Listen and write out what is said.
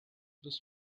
this